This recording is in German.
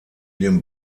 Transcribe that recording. dem